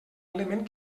element